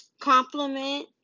compliment